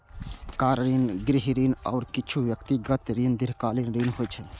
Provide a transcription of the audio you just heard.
car ऋण, गृह ऋण, आ किछु व्यक्तिगत ऋण दीर्घकालीन ऋण होइ छै